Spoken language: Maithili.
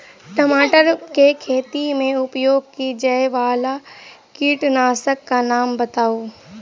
टमाटर केँ खेती मे उपयोग की जायवला कीटनासक कऽ नाम बताऊ?